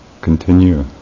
continue